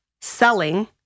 selling